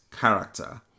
character